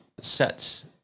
sets